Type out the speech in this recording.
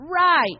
right